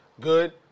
good